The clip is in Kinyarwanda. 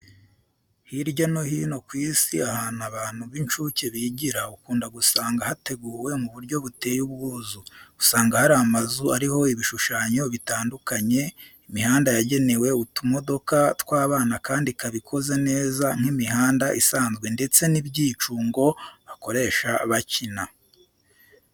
Hirya no hino ku Isi ahantu abana b'incuke bigira ukunda gusanga hateguwe mu buryo buteye ubwuzu. Usanga hari amazu ariho ibishushanyo bitandukanye, imihanda yagenewe utumodoka tw'abana kandi ikaba ikoze neza nk'imihanda isanzwe ndetse n'ibyicungo bakoresha bakina.